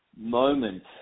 moment